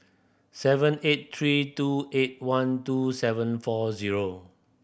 seven eight three two eight one two seven four zero